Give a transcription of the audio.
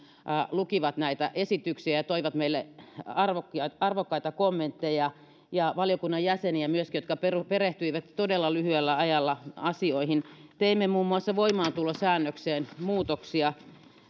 lukivat näitä esityksiä ja toivat meille arvokkaita arvokkaita kommentteja ja valiokunnan jäseniä myöskin jotka perehtyivät todella lyhyellä ajalla asioihin teimme muun muassa voimaantulosäännökseen muutoksia